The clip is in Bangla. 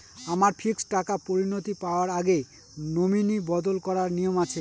আমার ফিক্সড টাকা পরিনতি পাওয়ার আগে নমিনি বদল করার নিয়ম আছে?